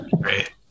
Great